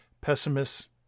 pessimist